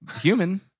human